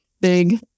big